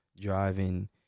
driving